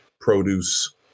produce